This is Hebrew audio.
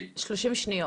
תודה רבה,